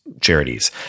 charities